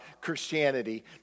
Christianity